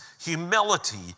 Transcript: humility